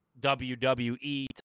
WWE